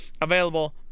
available